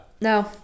No